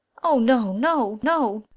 o, no, no, no.